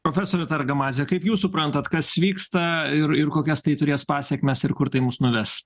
profesore targamadze kaip jūs suprantate kas vyksta ir ir kokias tai turės pasekmes ir kur tai mus nuves